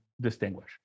distinguish